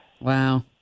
Wow